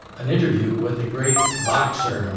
an interview with the great boxer, um